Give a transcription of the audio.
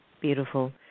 Beautiful